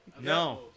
No